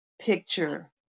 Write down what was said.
picture